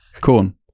corn